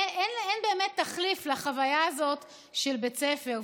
אין באמת תחליף לחוויה הזאת של בית ספר,